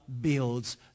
builds